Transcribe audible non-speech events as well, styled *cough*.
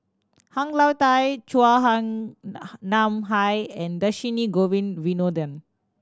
Han Lao Da Chua Ham *unintelligible* Nam Hai and Dhershini Govin Winodan